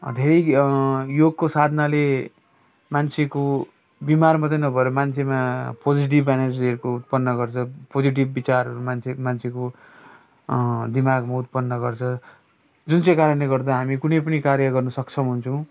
धेरै योगको साधनाले मान्छेको बिमार मात्रै नभएर मान्छेमा पोजिटिभ एनर्जीहरूको उत्पन्न गर्छ पोजिटिभ विचारहरू मान्छे मान्छेको दिमागमा उत्पन्न गर्छ जुन चाहिँ कारणले गर्दा हामी कुनै पनि कार्य गर्नु सक्षम हुन्छौँ